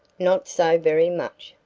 not so very much,